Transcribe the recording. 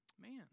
man